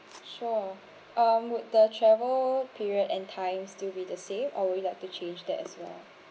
sure um would the travel period and time still be the same or would you like to change that as well